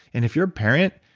and if you're a parent,